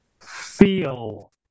Feel